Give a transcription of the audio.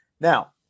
Now